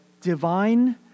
divine